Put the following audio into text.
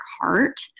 heart